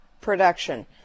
production